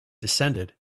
descended